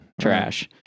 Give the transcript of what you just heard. Trash